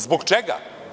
Zbog čega?